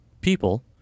people